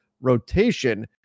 rotation